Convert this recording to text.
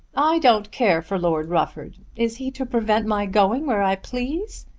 i don't care for lord rufford. is he to prevent my going where i please?